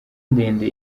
ndende